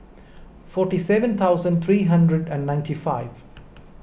forty seven thousand three hundred and ninety five